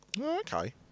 Okay